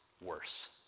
worse